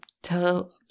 Tell